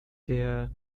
der